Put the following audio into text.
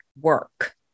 work